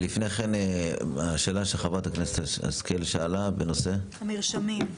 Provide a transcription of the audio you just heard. לגבי השאלה שחברת הכנסת שרן שאלה בנושא המרשמים.